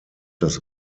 das